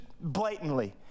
blatantly